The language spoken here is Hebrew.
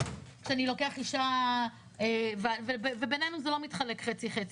אני לוקח אישה וביננו זה לא מתחלק חצי - חצי,